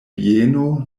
bieno